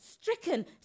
stricken